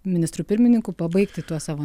ministru pirmininku pabaigti tuo savo